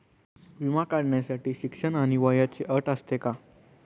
विमा काढण्यासाठी शिक्षण आणि वयाची अट असते का?